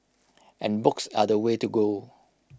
and books are the way to go